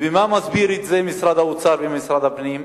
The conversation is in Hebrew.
ובמה מסבירים את זה משרד האוצר ומשרד הפנים?